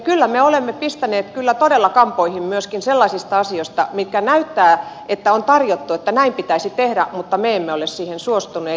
kyllä me olemme pistäneet todella kampoihin myöskin sellaisista asioista mitkä näyttävät että on tarjottu että näin pitäisi tehdä mutta me emme ole siihen suostuneet